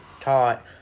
taught